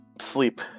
sleep